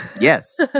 Yes